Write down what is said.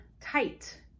tight